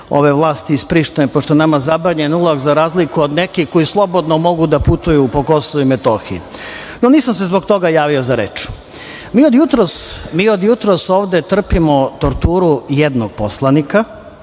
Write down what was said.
skinule zabranu, pošto je nama zabranjen ulaz, za razliku od nekih koji slobodno mogu da putuju po Kosovu i Metohiji. Nisam se zbog toga javio za reč. Mi od jutros ovde trpimo torturu jednog poslanika,